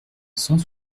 cent